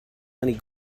money